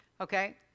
okay